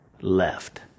left